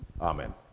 Amen